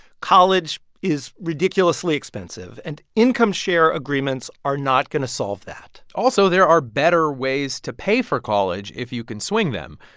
college is ridiculously expensive, and income-share agreements are not going to solve that also, there are better ways to pay for college if you can swing them.